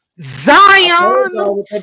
Zion